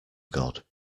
god